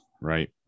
right